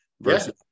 versus